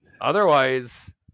otherwise